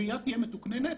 שהגביה תהיה מתוקננת.